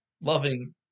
loving